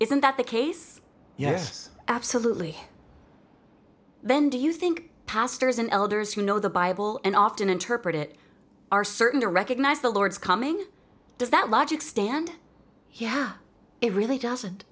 isn't that the case yes absolutely then do you think pastors and elders who know the bible and often interpret it are certain to recognize the lord's coming does that logic stand he has it really doesn't